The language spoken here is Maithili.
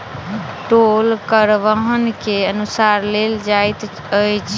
टोल कर वाहन के अनुसार लेल जाइत अछि